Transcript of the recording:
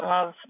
Love